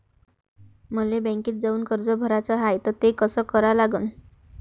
मले बँकेत जाऊन कर्ज भराच हाय त ते कस करा लागन?